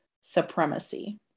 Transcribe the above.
Supremacy